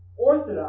Orthodox